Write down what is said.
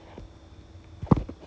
orh